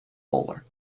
bowler